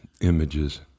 images